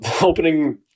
opening